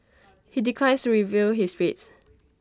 he declines to reveal his rates